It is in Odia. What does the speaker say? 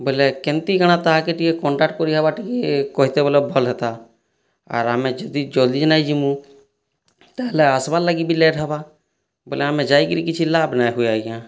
ବଲେ କେନ୍ତି କାଣା ତାହାକେ ଟିକେ କଣ୍ଟାକ୍ଟ କରିହେବା ଟିକେ କହିତେ ବଲେ ଭଲ ହେଇତା ଆର୍ ଆମେ ଯେତେ ଜଲଦି ନାଇ ଜିମୁ ତାହେଲେ ଆସବା ଲାଗି ବି ଲେଟ ହବା ବଲେ ଆମେ ଯାଇକିରି କିଛି ଲାଭ ନାଇଁ ହୁଏ ଆଜ୍ଞା